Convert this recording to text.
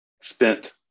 spent